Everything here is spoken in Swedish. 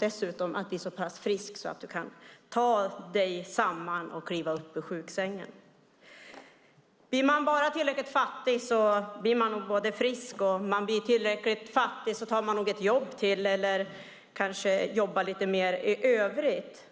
dessutom blir du så frisk att du kan ta dig samman och kliva upp ur sjuksängen. Blir man bara tillräckligt fattig blir man nog frisk. Om man blir tillräckligt fattig tar man nog ett jobb till eller jobbar mer i övrigt.